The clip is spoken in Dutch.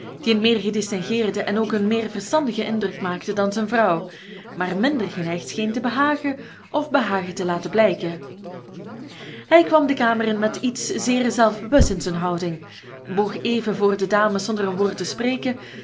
die een meer gedistingeerden en ook een meer verstandigen indruk maakte dan zijn vrouw maar minder geneigd scheen te behagen of behagen te laten blijken hij kwam de kamer in met iets zeer zelfbewust in zijn houding boog even voor de dames zonder een woord te spreken